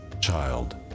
Child